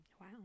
wow